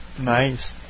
nice